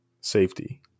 safety